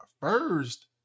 first